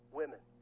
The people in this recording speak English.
women